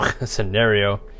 scenario